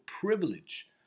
privilege